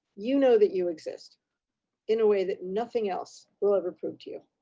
you know that you exist in a way that nothing else will ever prove to you.